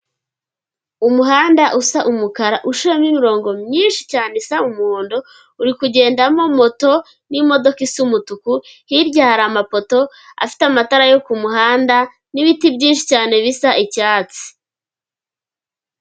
Umuhanda usa umukara uciyemomo imirongo myinshi cyane isa umuhondo. Uri kugendamo moto n'imodoka isa umutuku. Hirya hari amapoto afite amatara yo ku muhanda n'ibiti byinshi cyane bisa icyatsi.